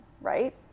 right